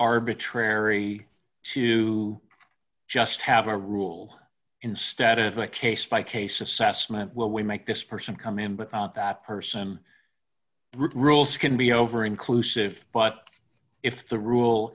arbitrary to just have a rule instead of a case by case assessment will we make this person come in but that person rules can be over inclusive but if the rule